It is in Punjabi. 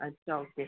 ਅੱਛਾ ਓਕੇ